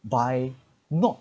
by not